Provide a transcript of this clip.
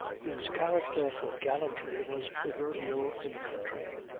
whose character for gallantry was proverbial in the country.